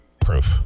proof